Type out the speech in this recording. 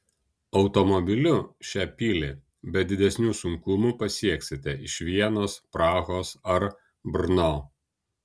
automobiliu šią pilį be didesnių sunkumų pasieksite iš vienos prahos ar brno